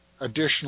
additional